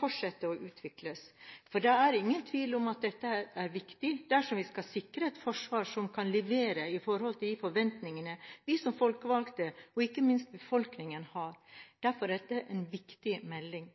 fortsatt kan utvikles. For det er ingen tvil om at dette er viktig dersom vi skal sikre et forsvar som kan levere i forhold til de forventningene vi som folkevalgte – og ikke minst befolkningen – har. Derfor er dette en viktig melding.